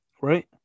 Right